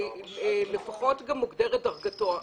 או לפחות מוגדרת דרגתו.